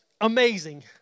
amazing